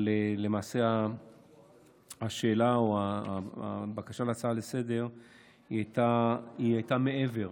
אבל למעשה השאלה או הבקשה להצעה לסדר-היום הייתה מעבר,